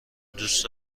دوست